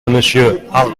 monsieur